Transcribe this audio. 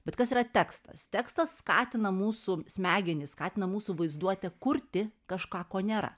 bet kas yra tekstas tekstas skatina mūsų smegenis skatina mūsų vaizduotę kurti kažką ko nėra